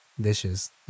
Dishes